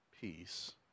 peace